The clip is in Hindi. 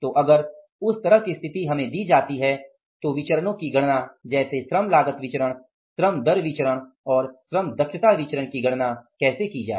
तो अगर उस तरह की स्थिति हमें दी जाती है तो विचरणो की गणना जैसे श्रम लागत विचरण श्रम दर विचरण और श्रम दक्षता विचरण की गणना कैसे की जाए